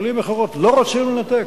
במלים אחרות, לא רוצים לנתק,